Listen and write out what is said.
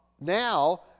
Now